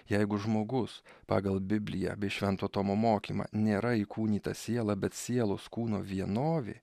jeigu žmogus pagal bibliją bei švento tomo mokymą nėra įkūnyta siela bet sielos kūno vienovė